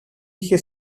είχε